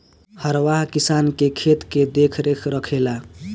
हरवाह किसान के खेत के देखरेख रखेला